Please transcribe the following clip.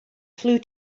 flew